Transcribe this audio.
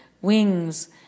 wings